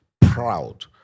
proud